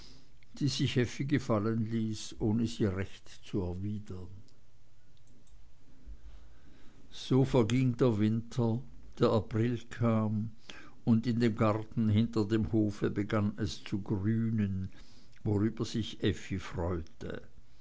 die sich effi gefallen ließ ohne sie recht zu erwidern so verging der winter der april kam und in dem garten hinter dem hof begann es zu grünen worüber sich effi freute